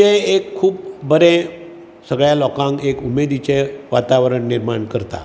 तें एक खूब बरें सगळ्यां लोकांक एक उमेदीचे वातावरण निर्माण करता